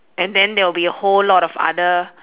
and then there'll be a whole lot of other